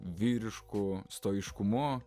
vyrišku stoiškumu